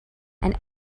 and